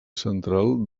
central